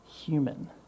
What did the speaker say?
human